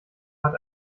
hat